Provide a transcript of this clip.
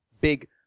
big